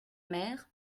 mère